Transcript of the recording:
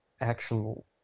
actual